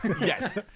yes